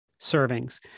servings